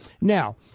Now